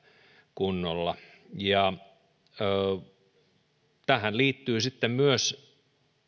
kunnolla tähän liittyy sitten myös